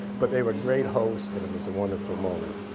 but they were great hosts. and it was a wonderful moment.